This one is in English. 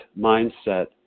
mindset